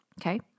okay